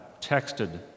texted